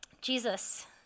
Jesus